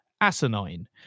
asinine